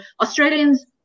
Australians